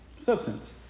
Substance